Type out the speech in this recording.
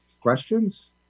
Questions